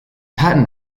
patten